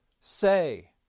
say